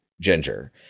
Ginger